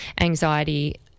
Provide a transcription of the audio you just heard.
anxiety